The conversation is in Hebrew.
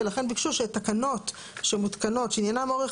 ולכן ביקשו שתקנות שמותקנות שעניינן אורך